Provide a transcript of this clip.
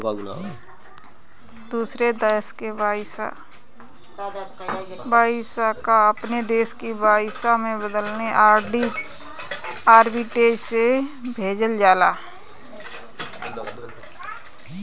दूसर देस के पईसा कअ अपनी देस के पईसा में बदलके आर्बिट्रेज से भेजल जाला